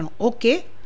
okay